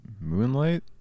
Moonlight